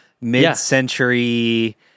mid-century